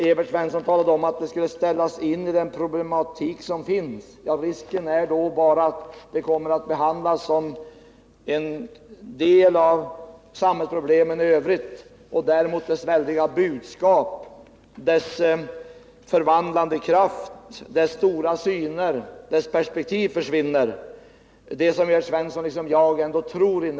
Evert Svensson talade om att det skulle sättas in i den problematik som finns. Risken är då bara att det kommer att behandlas som en del av samhällsfrågorna i övrigt. Då försvinner dess väldiga budskap, dess förvandlande kraft, dess stora syner och dess perspektiv, det som Evert Svensson liksom jag innerst tror på.